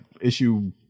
issue